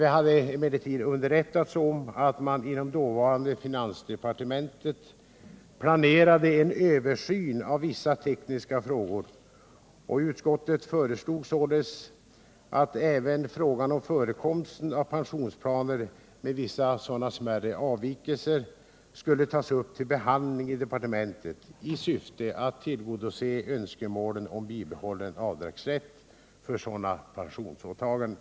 Vi hade emellertid underrättats om att man inom dåvarande finansdepartementet planerade en översyn av vissa tekniska frågor, och utskottet föreslog därför att även frågan om förekomsten av pensionsplaner med sådana smärre avvikelser skulle tas upp till behandling i departementet i syfte att tillgodose önskemålen om bibehållen avdragsrätt för sådana pensionsåtaganden.